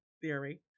theory